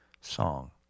song